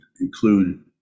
Include